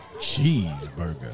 Cheeseburger